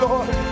Lord